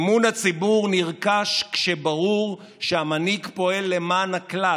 אמון הציבור נרכש כשברור שהמנהיג פועל למען הכלל